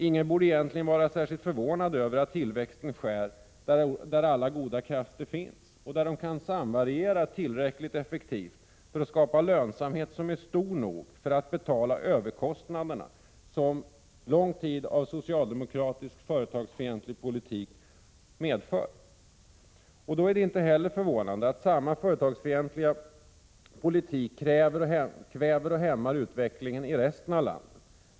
Ingen borde egentligen vara särskilt förvånad över att tillväxten sker i regioner där alla goda krafter finns och där de kan samvariera tillräckligt effektivt för att skapa lönsamhet som är stor nog att betala överkostnaderna, som lång tid av socialdemokratiskt företagsfientlig politik medför. Det är då inte heller förvånande att samma företagsfientliga politik kväver och hämmar utvecklingen i resten av landet.